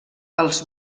als